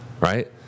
right